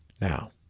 now